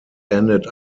ended